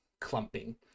clumping